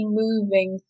moving